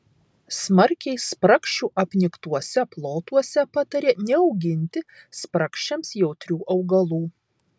smarkiai spragšių apniktuose plotuose patarė neauginti spragšiams jautrių augalų